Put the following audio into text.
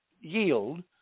yield